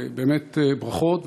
באמת ברכות,